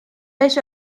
beş